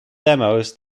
demos